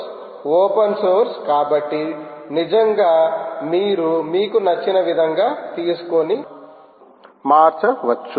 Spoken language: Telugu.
ఓపెన్ సోర్స్ కాబట్టి నిజంగా మీరు మీకు నచ్చిన విధంగా తీసుకొని మార్చవచ్చు